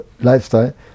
lifestyle